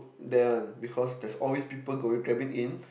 that one because there always people go in travel in